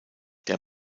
der